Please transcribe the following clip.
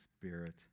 Spirit